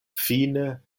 fine